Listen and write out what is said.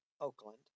Oakland